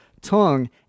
tongue